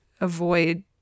avoid